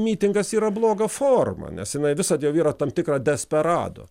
mitingas yra bloga forma nes jinai visad jau yra tam tikra desperado